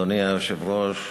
אדוני היושב-ראש,